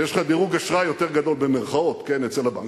ויש לך "דירוג אשראי" יותר גדול אצל הבנק,